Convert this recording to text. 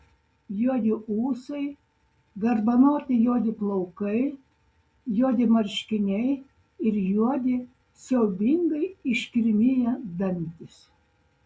juodi ūsai garbanoti juodi plaukai juodi marškiniai ir juodi siaubingai iškirmiję dantys